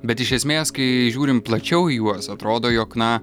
bet iš esmės kai žiūrim plačiau į juos atrodo jog na